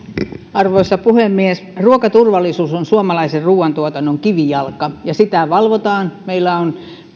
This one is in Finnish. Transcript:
arvoisa puhemies ruokaturvallisuus on suomalaisen ruuantuotannon kivijalka ja sitä valvotaan meillä on